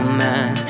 man